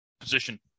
position